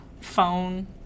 phone